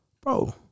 Bro